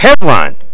headline